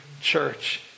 church